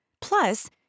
Plus